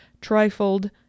trifled